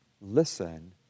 listen